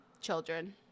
children